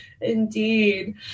Indeed